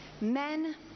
Men